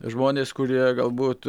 žmonės kurie galbūt